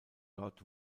dort